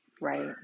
Right